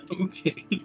Okay